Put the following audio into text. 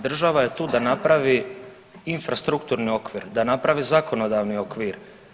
Država je tu da napravi infrastrukturni okvir, da napravi zakonodavni okvir.